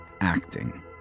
acting